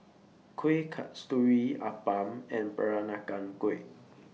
Kueh Kasturi Appam and Peranakan Kueh